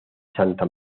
santa